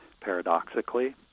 paradoxically